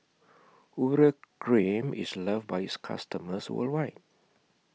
Urea Cream IS loved By its customers worldwide